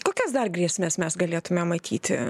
kokias dar grėsmes mes galėtumėm matyti